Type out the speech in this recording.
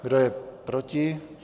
Kdo je proti?